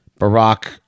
Barack